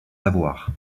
lavoir